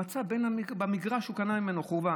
הוא מצא במגרש שהוא קנה ממנו, בחורבה.